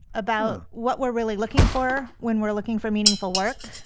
about what we're really looking for when we're looking for meaningful work.